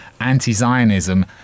anti-Zionism